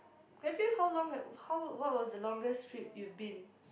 have you how long had how what was the longest trip you've been